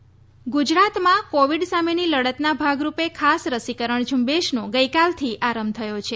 રસીકરણ ઝૂંબેશ ગુજરાતમાં કોવિડ સામેની લડતના ભાગરૂપે ખાસ રસીકરણ ઝ્રંબેશનો ગઈકાલથી આરંભ થયો છે